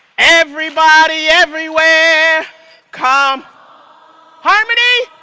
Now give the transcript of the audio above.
everybody everywhere come harmony!